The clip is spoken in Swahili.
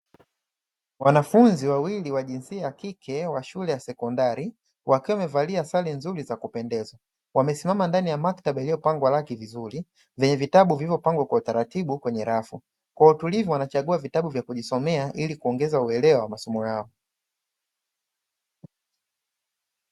Wanafunzi wawili wa jinsia ya kike wa shule ya sekondari, wakiwa wamevalia sare nzuri za kupendeza. Wamesimama ndani ya maktaba iliyopakwa rangi vizuri, yenye vitabu vilivyopangwa kwa uangalifu kwenye rafu, kwa utulivu wanachagua vitabu vya kujisomea ili kuongeza uelewa wa masomo yao.